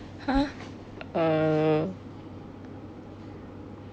uh